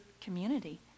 community